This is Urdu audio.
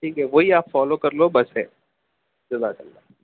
ٹھیک ہے وہی آپ فالو کر لو بس ہے جزاک اللہ